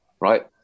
right